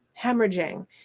hemorrhaging